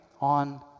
on